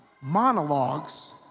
monologues